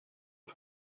die